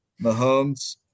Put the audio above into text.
Mahomes